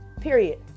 Period